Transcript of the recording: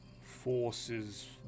forces